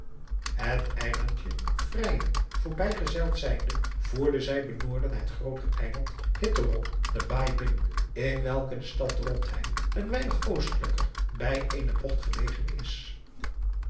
het eilandje freijen voorbijgezeild zijnde voeren zij benoorden het grooter eiland hitteron de baai binnen in welke de stad drontheim een weinig oostelijker bij eene bogt gelegen is